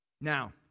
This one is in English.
Now